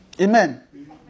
Amen